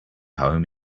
home